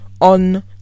on